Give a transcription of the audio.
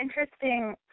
interesting